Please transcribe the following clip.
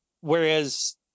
whereas